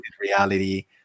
reality